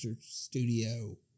studio